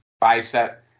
bicep